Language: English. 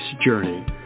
journey